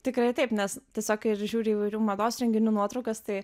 tikrai taip nes tiesiog ir žiūri į įvairių mados renginių nuotraukas tai